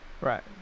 Right